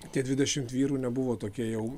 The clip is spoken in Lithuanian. tie dvidešimt vyrų nebuvo tokie jau